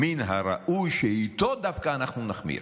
מן הראוי שאיתו דווקא אנחנו נחמיר.